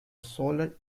solar